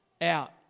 out